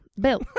bill